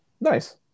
Nice